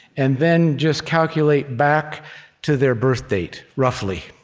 and then just calculate back to their birthdate, roughly.